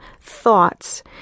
thoughts